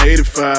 85